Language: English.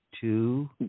Two